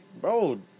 bro